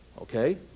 Okay